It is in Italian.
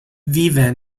vive